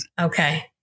Okay